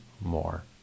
more